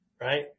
right